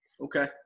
Okay